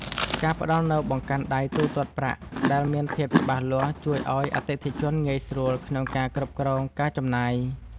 ការផ្ដល់នូវបង្កាន់ដៃទូទាត់ប្រាក់ដែលមានភាពច្បាស់លាស់ជួយឱ្យអតិថិជនងាយស្រួលក្នុងការគ្រប់គ្រងការចំណាយ។